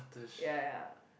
ya ya